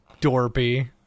dorpy